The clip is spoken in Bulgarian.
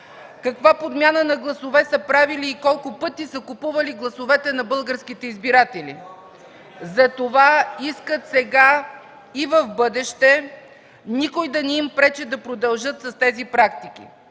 каква подмяна на гласове са правили и колко пъти са купували гласовете на българските избиратели. Затова искат сега и в бъдеще никой да не им пречи да продължат с тези практики.”